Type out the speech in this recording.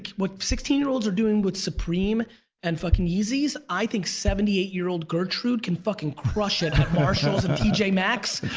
what sixteen year olds are doing with supreme and fuckin' yeezy's, i think seventy eight year old gertrude can fuckin' crush it at marshall's and tj maxx.